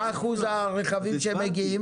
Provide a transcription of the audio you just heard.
מה אחוז הרכבים שמגיעים?